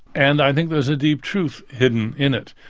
and i think there's a deep truth hidden in it.